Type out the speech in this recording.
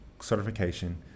certification